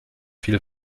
viel